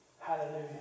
Hallelujah